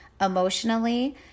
emotionally